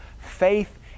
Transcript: faith